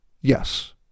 Yes